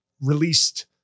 released